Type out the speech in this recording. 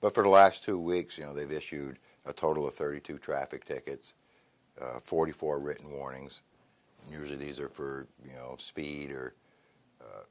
but for the last two weeks you know they've issued a total of thirty two traffic tickets forty four written warnings and use of these are for you know of speed or